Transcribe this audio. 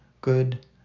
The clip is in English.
good